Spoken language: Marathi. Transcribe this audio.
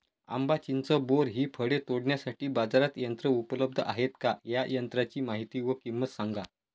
आंबा, चिंच, बोर हि फळे तोडण्यासाठी बाजारात यंत्र उपलब्ध आहेत का? या यंत्रांची माहिती व किंमत सांगा?